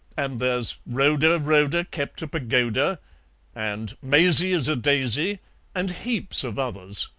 and there's rhoda, rhoda kept a pagoda and maisie is a daisy and heaps of others.